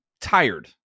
tired